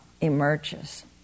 emerges